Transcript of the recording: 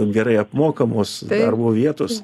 gerai apmokamos darbo vietos